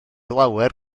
lawer